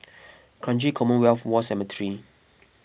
Kranji Commonwealth War Cemetery